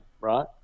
right